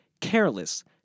careless